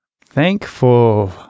Thankful